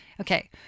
Okay